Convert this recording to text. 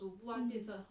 mm